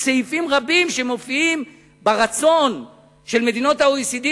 סעיפים רבים שמופיעים ברצון של מדינות ה-OECD,